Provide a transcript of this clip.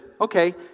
okay